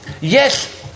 yes